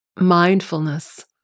Mindfulness